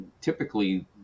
typically